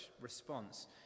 response